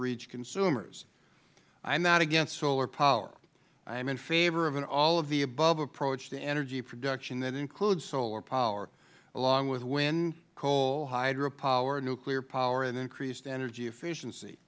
reach consumers i am not against solar power i am in favor of an all of the above approach to energy production that includes solar power along with wind coal hydropower nuclear power and increased energy efficiency